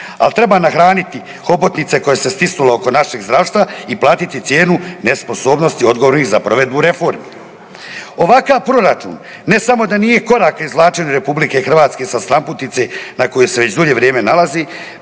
ali treba nahraniti hobotnice koja se stisnula oko našeg zdravstva i platiti cijenu nesposobnosti odgovorni za provedbu reformi. Ovakav proračun ne samo da nije korak izvlačenju RH sa stranputice na kojoj se već dulje vrijeme nalazi,